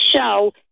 show